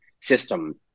system